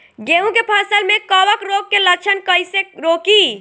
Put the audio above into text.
गेहूं के फसल में कवक रोग के लक्षण कईसे रोकी?